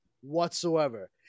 whatsoever